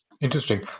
Interesting